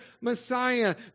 Messiah